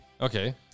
Okay